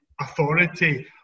authority